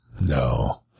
No